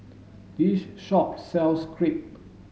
this shop sells Crepe